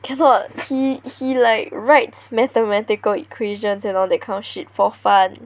cannot he he like writes mathematical equations and all that kind of shit for fun